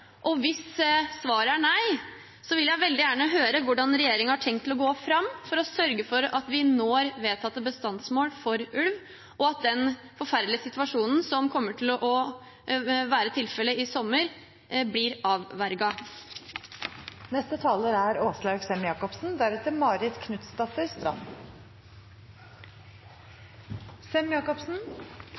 akseptabel. Hvis svaret er nei, vil jeg veldig gjerne høre hvordan regjeringen har tenkt å gå fram for å sørge for at vi når vedtatte bestandsmål for ulv, og at den forferdelige situasjonen som kommer til å være tilfellet i sommer, blir avverget. Også jeg vil anbefale at landbruksministeren svarer på de spørsmålene som er